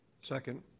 Second